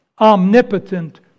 omnipotent